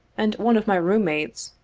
and one of my room-mates,